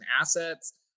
assets